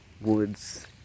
woods